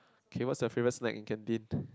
okay what's your favourite snack in canteen